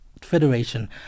Federation